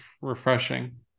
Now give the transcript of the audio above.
refreshing